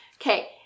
Okay